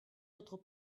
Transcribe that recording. notre